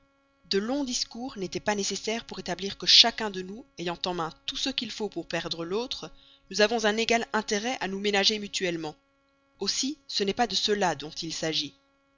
de longs discours n'étaient pas nécessaires pour établir que chacun de nous ayant en main tout ce qu'il faut pour perdre l'autre nous avons un égal intérêt à nous ménager mutuellement aussi n'est-ce pas de cela dont il s'agit